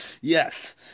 Yes